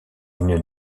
une